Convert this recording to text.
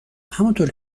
همانطور